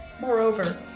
Moreover